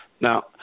Now